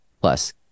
plus